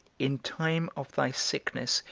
in time of thy sickness,